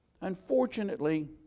Unfortunately